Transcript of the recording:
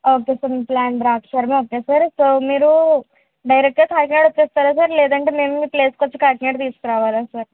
okay sir మీ plan Draksharamam okay sir so మీరు డైరెక్టుగా కాకినాడ వచ్చేస్తారా సార్ లేదంటే మేమే మీ ప్లేసుకొచ్చి కాకినాడ తీసుకురావాలా సార్